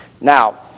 Now